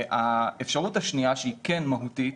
האפשרות השנייה שהיא כן מהותית,